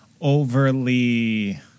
overly